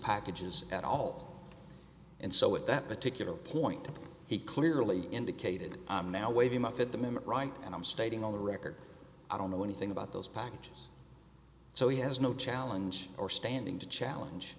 packages at all and so at that particular point he clearly indicated i'm now waive him up at the moment right and i'm stating on the record i don't know anything about those packages so he has no challenge or standing to challenge